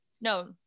No